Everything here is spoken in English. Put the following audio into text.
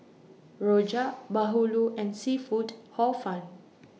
Rojak Bahulu and Seafood Hor Fun